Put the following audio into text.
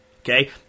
Okay